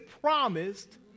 promised